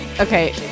Okay